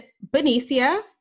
Benicia